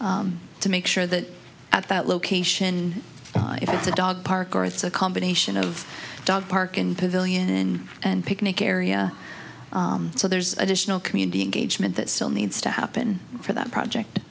to make sure that at that location it's a dog park or it's a combination of dog park and pavilion and picnic area so there's additional community engagement that still needs to happen for that project